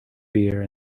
beer